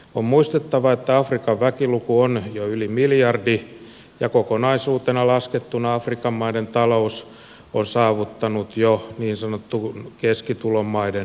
on muistettava että afrikan väkiluku on jo yli miljardi ja kokonaisuutena laskettuna afrikan maiden talous on saavuttanut jo niin sanotun keskitulomaiden tason